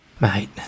Mate